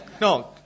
No